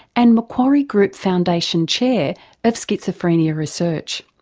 and macquarie group foundation chair of schizophrenia research.